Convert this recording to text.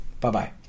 Bye-bye